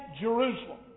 Jerusalem